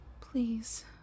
Please